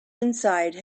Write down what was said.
inside